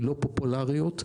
לא פופולריות,